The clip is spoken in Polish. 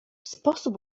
sposób